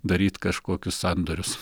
daryt kažkokius sandorius